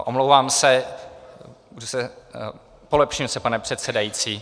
Omlouvám se, polepším se, pane předsedající.